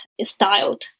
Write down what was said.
styled